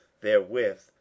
therewith